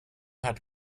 hat